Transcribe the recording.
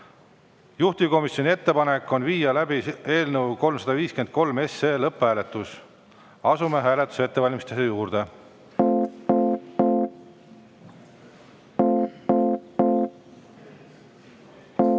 Juhtivkomisjoni ettepanek on viia läbi eelnõu 353 lõpphääletus. Asume hääletuse ettevalmistamise juurde.